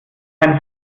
ein